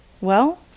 Well-